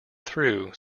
through